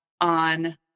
on